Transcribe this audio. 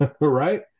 right